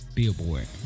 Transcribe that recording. Billboard